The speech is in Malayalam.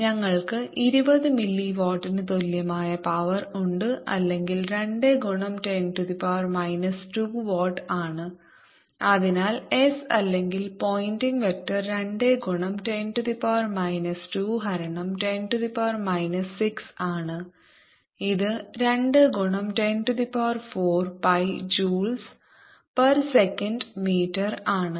ഞങ്ങൾക്ക് 20 മില്ലി വാട്ടിന് തുല്യമായ പവർ ഉണ്ട് അല്ലെങ്കിൽ 2 ഗുണം 10 2 വാട്ട് ആണ് അതിനാൽ s അല്ലെങ്കിൽ പോയിന്റിംഗ് വെക്റ്റർ 2 ഗുണം 10 2 ഹരണം 10 6 ആണ് ഇത് 2 ഗുണം 104 pi joules per second metre ആണ്